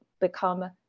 become